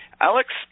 Alex